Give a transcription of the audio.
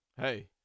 hey